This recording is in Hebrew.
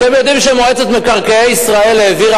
אתם יודעים שמועצת מקרקעי ישראל העבירה